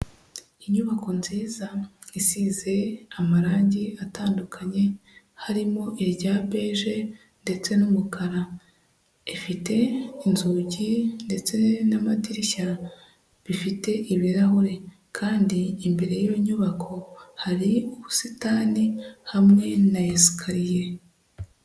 Inyubako nziza isize amarangi atandukanye, harimo irya beje ndetse n'umukara, ifite inzugi ndetse n'amadirishya bifite ibirahure kandi imbere y'iyo nyubako hari ubusitani hamwe na esikariye.